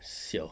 siao